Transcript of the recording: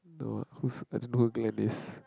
no who's I don't know who Glen is